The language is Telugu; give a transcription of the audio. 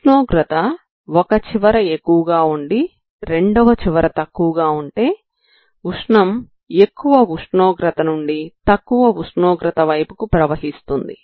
ఉష్ణోగ్రత ఒక చివర ఎక్కువగా ఉండి రెండవ చివర తక్కువగా ఉంటే ఉష్ణం ఎక్కువ ఉష్ణోగ్రత నుంచి తక్కువ ఉష్ణోగ్రత వైపుకు ప్రవహిస్తుంది